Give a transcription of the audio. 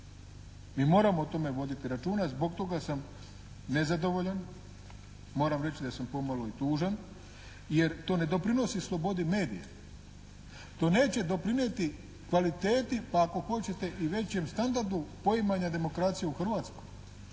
Mi moramo o tome voditi računa. Zbog toga sam nezadovoljan, moram reći da sam pomalo i tužan jer to ne doprinosi slobodi medija. To neće doprinijeti kvaliteti pa ako hoćete i većem standardu poimanja demokracije u Hrvatskoj.